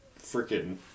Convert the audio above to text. freaking